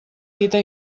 dita